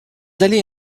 allées